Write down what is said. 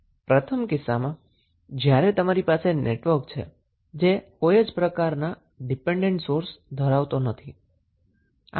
પ્રથમ કિસ્સામાં જ્યારે તમારી પાસે નેટવર્ક છે જે કોઈ જ પ્રકારનો ડિપેન્ડન્ટ સોર્સ ધરાવતા નથી